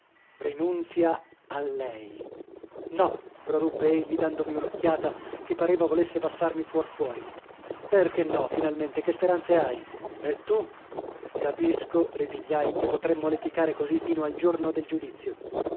rinunzia a lei no proruppe egli dandomi un'occhiata che pareva volesse passarmi fuor fuori perchè no finalmente che speranze hai e tu capisco ripigliai che potremmo leticare così fino al giorno del giudizio